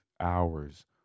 hours